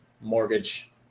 mortgage